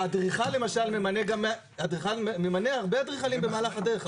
אדריכל ממנה הרבה אדריכלים במהלך הדרך,